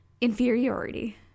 Inferiority